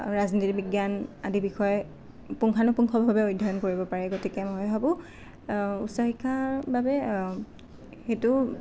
ৰাজনীতি বিজ্ঞান আদি বিষয় পুঙ্খানুপুঙ্খভাৱে অধ্যয়ন কৰিব পাৰে গতিকে মই ভাবোঁ উচ্চ শিক্ষাৰ বাবে সেইটো